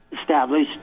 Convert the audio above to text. established